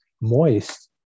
moist